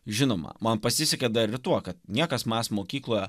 žinoma man pasisekė dar ir tuo kad niekas manęs mokykloje